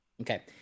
Okay